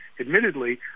admittedly